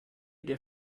der